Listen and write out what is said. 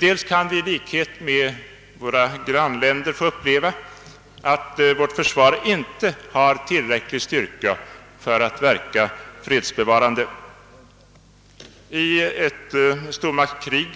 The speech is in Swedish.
Vi kan också, i likhet med våra grannländer, få uppleva att försvaret inte har tillräcklig styrka för att verka fredsbevarande. I ett stormaktskrig